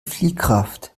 fliehkraft